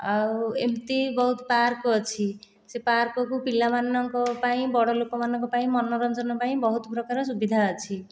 ଆଉ ଏମିତି ବହୁତ ପାର୍କ ଅଛି ସେ ପାର୍କକୁ ପିଲାମାନଙ୍କ ପାଇଁ ବଡ଼ ଲୋକ ମାନଙ୍କ ପାଇଁ ମନୋରଞ୍ଜନ ପାଇଁ ବହୁତ ପ୍ରକାର ସୁବିଧା ଅଛି